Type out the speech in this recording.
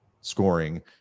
scoring